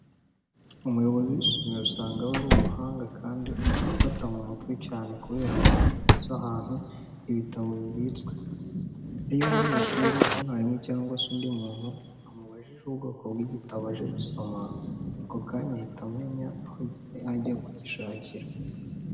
Umuyobozi w'isomero usanga aba ari umuhanga kandi azi gufata mu mutwe cyane kubera ko aba azi ahantu hose ibitabo bibitswe. Iyo umunyeshuri, umwarimu cyangwa se undi muntu amubajije ubwoko bw'igitabo aje gusoma, ako kanya ahita amenya aho ajya kugishakira.